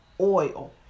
oil